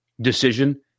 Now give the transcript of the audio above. decision